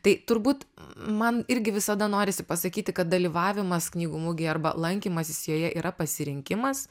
tai turbūt man irgi visada norisi pasakyti kad dalyvavimas knygų mugėje arba lankymasis joje yra pasirinkimas